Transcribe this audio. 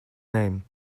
name